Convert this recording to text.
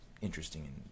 interesting